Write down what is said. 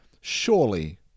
Surely